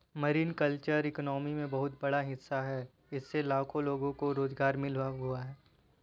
marine culture economy में बहुत बड़ा हिस्सा है इससे लाखों लोगों को रोज़गार मिल हुआ है